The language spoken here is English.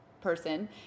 person